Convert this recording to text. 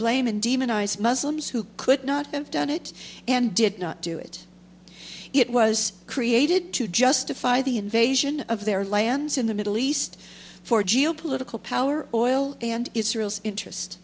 and demonize muslims who could not have done it and did not do it it was created to justify the invasion of their lands in the middle east for geo political power oil and israel's interest